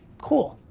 cool,